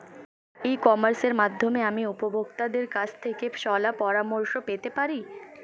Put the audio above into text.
ই কমার্সের মাধ্যমে আমি উপভোগতাদের কাছ থেকে শলাপরামর্শ পেতে পারি?